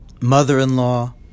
mother-in-law